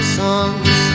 songs